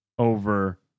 Over